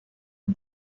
the